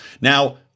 Now